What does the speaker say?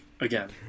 Again